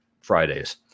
Fridays